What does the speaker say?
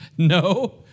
No